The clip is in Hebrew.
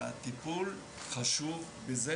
והטיפול חשוב בזה